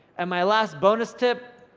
and my last bonus tip,